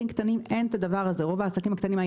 לרוב העסקים הקטנים,